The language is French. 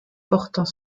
portant